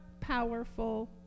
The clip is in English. powerful